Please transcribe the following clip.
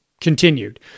continued